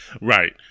Right